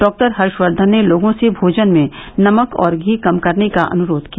डॉ हर्षक्धन ने लोगों से भोजन में नमक और घी कम करने का अनुरोध किया